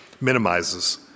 minimizes